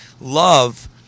love